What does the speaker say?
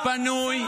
פנוי --- די,